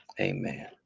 Amen